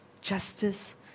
justice